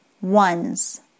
ones